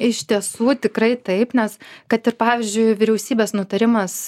iš tiesų tikrai taip nes kad ir pavyzdžiui vyriausybės nutarimas